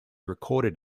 recorded